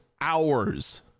hours